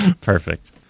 Perfect